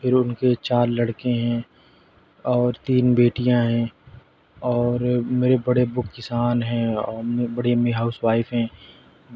پھر ان کے چار لڑکے ہیں اور تین بیٹیاں ہیں اور میرے بڑے ابو کسان ہیں اور بڑی امی ہاؤس وائف ہیں